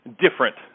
different